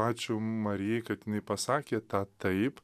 ačiū marijai kad jinai pasakė tą taip